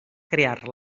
crear